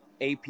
AP